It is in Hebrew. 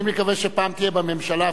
אני מקווה שפעם תהיה בממשלה,